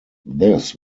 this